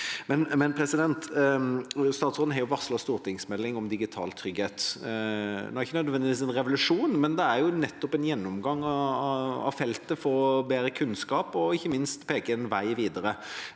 har gjort. Statsråden har varslet en stortingsmelding om digital trygghet. Nå er ikke det nødvendigvis en revolusjon, men det er en gjennomgang av feltet for å få bedre kunnskap og ikke minst peke ut en vei videre.